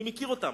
אני מכיר אותם.